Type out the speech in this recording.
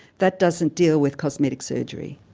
that doesn't deal with cosmetic surgery.